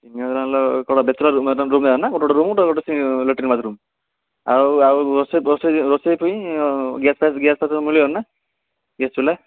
ତିନି ହଜାର ଲେଖାଁ କ'ଣ ବ୍ୟାଚ୍ଲର୍ ରୁମ୍ ନା ଗୋଟେ ଗୋଟେ ରୁମ୍ ଗୋଟେ ଗୋଟେ ଲାଟିନ୍ ବାଥ୍ରୁମ୍ ଆଉ ଆଉ ରୋଷେଇ ରୋଷେଇ ପାଇଁ ଗ୍ୟାସ୍ଫ୍ୟାସ୍ ମିଳିବ ନା ଗ୍ୟାସ୍ ଚୂଲା